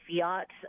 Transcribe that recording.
fiat